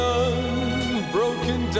unbroken